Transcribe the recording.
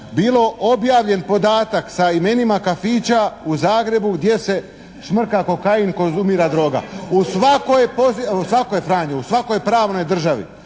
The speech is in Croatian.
bilo objavljen podatak sa imenima kafića u Zagrebu gdje se šmrka kokain, konzumira droga. U svakoj, u svakoj Franjo,